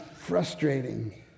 frustrating